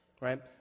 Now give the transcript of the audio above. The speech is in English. right